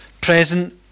present